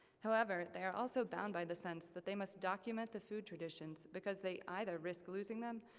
however, they are also bound by the sense that they must document the food traditions, because they either risk losing them,